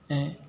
ऐं